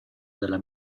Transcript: della